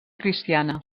cristiana